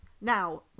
Now